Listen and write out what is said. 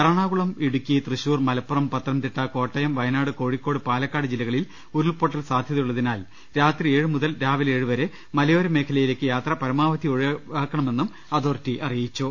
Ernakulam Idukki Thrissur Malappuram Pathanamthitta Kottayam Wayanad Kozhikode Palakkad ജില്ലകളിൽ ഉരുൾപ്പൊട്ടൽ സാധൃതയുള്ളതിനാൽ രാത്രി ഏഴു മുതൽ രാവിലെ ഏഴു വരെ മല യോര മേഖലയിലേക്ക് യാത്ര പരമാവധി ഒഴിവാക്കണമെന്നും അതേ ാറിറ്റി അറിയിച്ചു